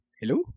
Hello